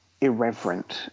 irreverent